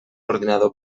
ordinador